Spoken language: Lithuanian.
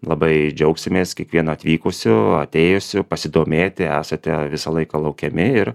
labai džiaugsimės kiekvienu atvykusiu atėjusiu pasidomėti esate visą laiką laukiami ir